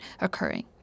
occurring